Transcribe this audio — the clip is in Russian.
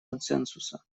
консенсуса